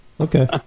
Okay